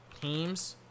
teams